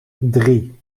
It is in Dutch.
drie